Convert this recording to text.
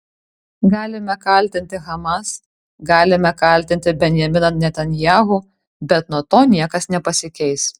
galime kaltinti hamas galime kaltinti benjaminą netanyahu bet nuo to niekas nepasikeis